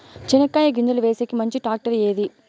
చెనక్కాయ గింజలు వేసేకి మంచి టాక్టర్ ఏది?